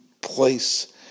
place